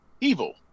evil